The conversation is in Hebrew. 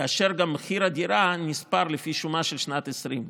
כאשר מחיר הדירה נספר לפי שומה של שנת 2020,